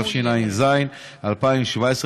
התשע"ז 2017,